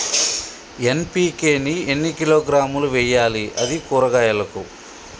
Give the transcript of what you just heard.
NPK ని ఎన్ని కిలోగ్రాములు వెయ్యాలి? అది కూరగాయలకు?